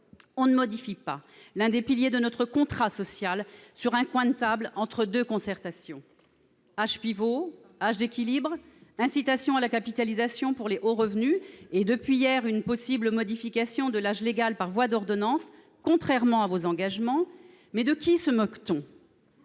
On ne modifie pas l'un des piliers de notre contrat social sur un coin de table entre deux concertations. Âge pivot, âge d'équilibre, incitation à la capitalisation pour les hauts revenus, et, depuis hier, contrairement aux engagements, possible modification de l'âge légal par voie d'ordonnance : mais de qui se moque-t-on ?